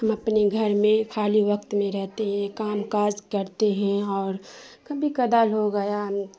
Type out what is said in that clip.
ہم اپنے گھر میں خالی وقت میں رہتے ہیں کام کاز کرتے ہیں اور کبھی کبھار ہو گیا